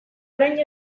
orain